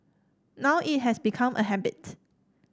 now it has become a habit